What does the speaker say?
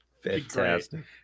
Fantastic